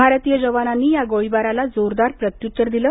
भारतीय जवानांनी या गोळीबाराला जोरदार प्रत्युत्तर दिलं